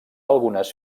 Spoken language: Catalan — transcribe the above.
algunes